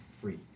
free